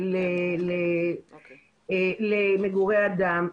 למגורי אדם.